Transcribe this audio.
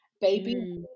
Baby